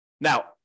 Now